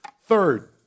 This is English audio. Third